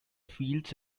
fields